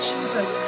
Jesus